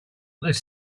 those